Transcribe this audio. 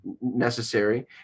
necessary